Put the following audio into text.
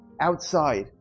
outside